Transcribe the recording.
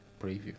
preview